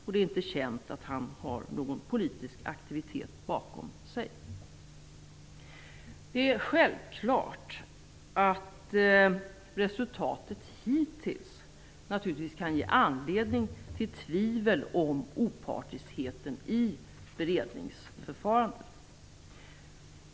Det är inte känt att han har någon politisk aktivitet bakom sig. Det är självklart att resultatet hittills kan ge anledning till tvivel om opartiskheten i beredningsförfarandet.